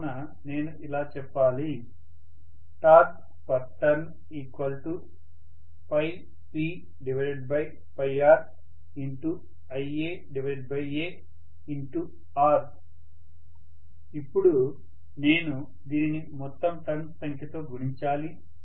కావున నేను ఇలా చెప్పాలి టార్క్ టర్న్ PrIaar ఇప్పుడు నేను దీనిని మొత్తం టర్న్స్ సంఖ్య తో గుణించాలి